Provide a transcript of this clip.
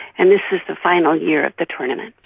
and this is the final year of the tournament.